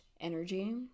energy